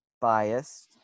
biased